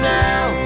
now